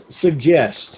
suggest